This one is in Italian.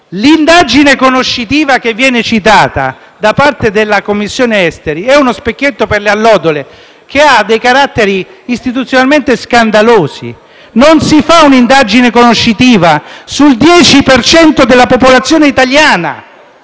L'indagine conoscitiva citata dalla Commissione affari esteri è uno specchietto per le allodole che ha dei caratteri istituzionalmente scandalosi. Non si fa un'indagine conoscitiva sul 10 per cento della popolazione italiana: